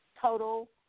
total